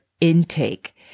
intake